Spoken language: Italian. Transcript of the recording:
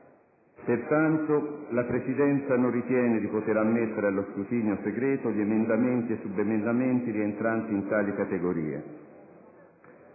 Pertanto, la Presidenza non ritiene di poter ammettere allo scrutinio segreto gli emendamenti e subemendamenti rientranti in tali categorie.